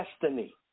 destiny